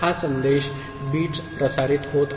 हा संदेश बिट्स प्रसारित होत आहे